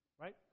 Right